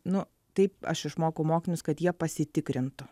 nu taip aš išmokau mokinius kad jie pasitikrintų